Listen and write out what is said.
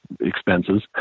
expenses